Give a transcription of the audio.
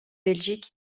belgique